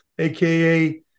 Aka